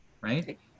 right